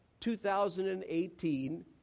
2018